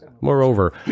Moreover